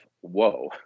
whoa